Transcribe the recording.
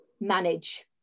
manage